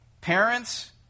parents